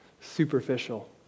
superficial